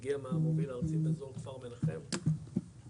מגיע מהמוביל הארצי באזור כפר מנחם ומגיע